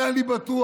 זה אני בטוח.